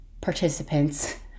participants